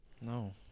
No